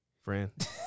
Friend